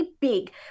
big